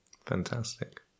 Fantastic